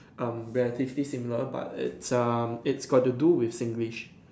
um relatively similar but it's um it's got to do with Singlish